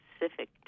specific